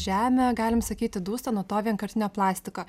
žemė galim sakyti dūsta nuo to vienkartinio plastiko